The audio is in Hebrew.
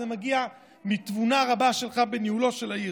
זה מגיע מתבונה רבה שלך בניהולה של העיר.